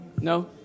No